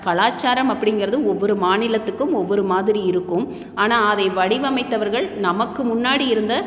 கலாச்சாரம் அப்படிங்கிறது ஒவ்வொரு மாநிலத்துக்கும் ஒவ்வொரு மாதிரி இருக்கும் ஆனால் அதை வடிவமைத்தவர்கள் நமக்கு முன்னாடி இருந்த